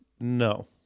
No